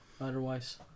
Otherwise